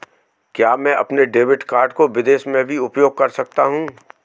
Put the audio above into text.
क्या मैं अपने डेबिट कार्ड को विदेश में भी उपयोग कर सकता हूं?